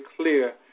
clear